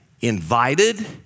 invited